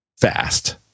fast